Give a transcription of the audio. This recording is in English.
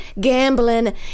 gambling